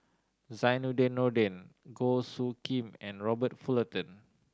Zainudin Nordin Goh Soo Khim and Robert Fullerton